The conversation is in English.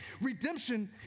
Redemption